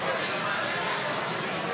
כולם הסכימו ויעשו את זה.